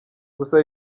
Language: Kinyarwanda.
gusa